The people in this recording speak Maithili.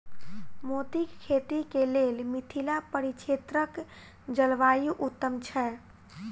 मोतीक खेती केँ लेल मिथिला परिक्षेत्रक जलवायु उत्तम छै?